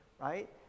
right